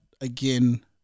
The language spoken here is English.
again